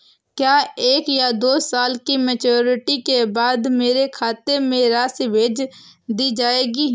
क्या एक या दो साल की मैच्योरिटी के बाद मेरे खाते में राशि भेज दी जाएगी?